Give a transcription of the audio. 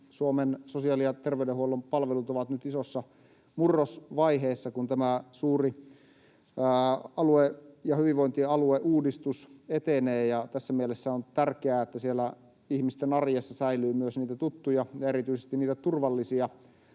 Suomen sosiaali- ja terveydenhuollon palvelut ovat nyt isossa murrosvaiheessa, kun tämä suuri hyvinvointialueuudistus etenee, ja tässä mielessä on tärkeää, että siellä ihmisten arjessa säilyy myös niitä tuttuja ja erityisesti niitä turvallisia